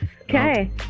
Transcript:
Okay